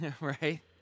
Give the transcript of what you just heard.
Right